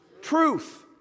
truth